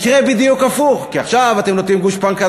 יקרה בדיוק הפוך: כי עכשיו אתם נותנים גושפנקה